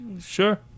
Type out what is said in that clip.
sure